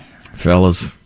fellas